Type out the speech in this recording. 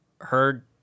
heard